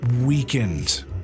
weakened